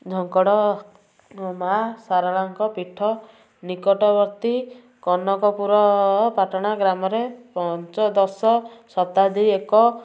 ଝଙ୍କଡ଼ ମାଁ ସାରଳା ଙ୍କ ପୀଠ ନିକଟବର୍ତ୍ତୀ କନକପୁର ପାଟଣା ଗ୍ରାମରେ ପଞ୍ଚଦଶ ଶତାବ୍ଦୀ ଏକ